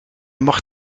mag